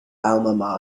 alma